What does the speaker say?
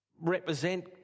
represent